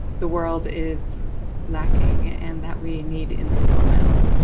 the world is lacking, and that we need in these moments.